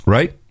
Right